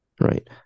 Right